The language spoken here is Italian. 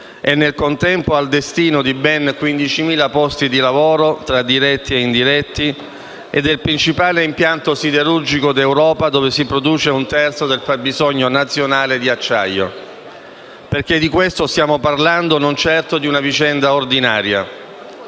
e, nel contempo, al destino di ben 15.000 posti di lavoro, tra diretti e indiretti e del principale impianto siderurgico d'Europa dove si produce un terzo del fabbisogno nazionale di acciaio. Perché di questo stiamo parlando, non certo di una vicenda ordinaria.